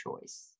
choice